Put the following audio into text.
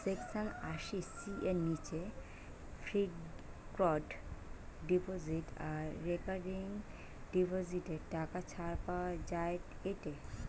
section আশি C এর নিচে ফিক্সড ডিপোজিট আর রেকারিং ডিপোজিটে টাকা ছাড় পাওয়া যায়েটে